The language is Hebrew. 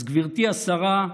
אז גברתי השרה,